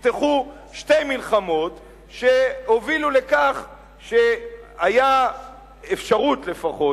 נפתחו שתי מלחמות שהובילו לכך שהיתה אפשרות לפחות,